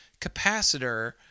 capacitor